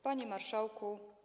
Panie Marszałku!